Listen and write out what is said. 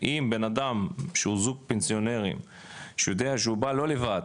ואם בנאדם שהוא זוג פנסיונרים שהוא יודע שהוא בא לא לבד,